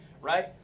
right